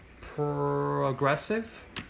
progressive